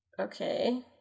Okay